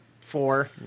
four